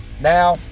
Now